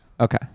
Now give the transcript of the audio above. okay